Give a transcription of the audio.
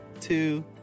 two